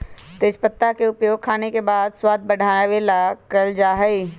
तेजपत्ता के उपयोग खाने के स्वाद बढ़ावे ला कइल जा हई